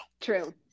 True